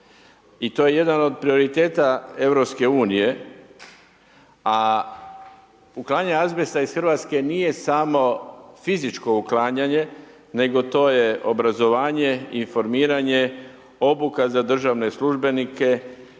i to je jedan od prioriteta EU, a uklanjanje azbesta iz RH nije samo fizičko uklanjanje, nego to je obrazovanje, informiranje, obuka za državne službenike,